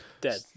Dead